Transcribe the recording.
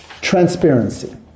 Transparency